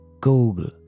Google